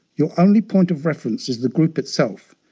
your only point of reference is the group itself,